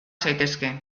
zaitezke